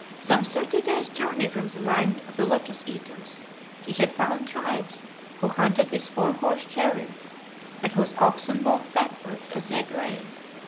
some thirty days' journey from the land of the lotus-eaters he had found tribes who hunted with four-horse chariots and whose oxen walked backwards as they grazed,